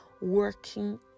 working